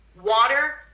water